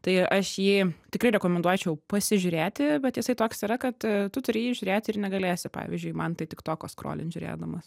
tai aš jį tikrai rekomenduočiau pasižiūrėti bet jisai toks yra kad tu turi jį žiūrėti ir negalėsi pavyzdžiui mantai tik toko skrolint žiūrėdamas